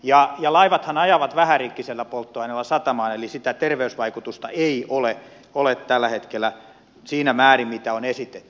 ja laivathan ajavat vähärikkisellä polttoaineella satamaan eli sitä terveysvaikutusta ei ole tällä hetkellä siinä määrin mitä on esitetty